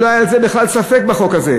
שלא היה על זה ספק בכלל בחוק הזה.